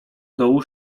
dołu